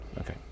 Okay